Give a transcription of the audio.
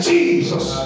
Jesus